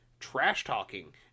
trash-talking